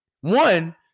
one